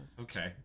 Okay